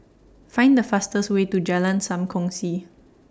Find The fastest Way to Jalan SAM Kongsi